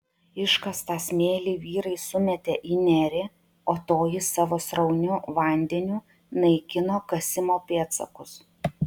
iškastą smėlį vyrai sumetė į nerį o toji savo srauniu vandeniu naikino kasimo pėdsakus